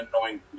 annoying